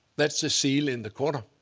that's the seal in the corner.